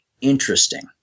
interesting